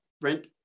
rent